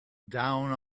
down